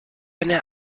eine